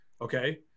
Okay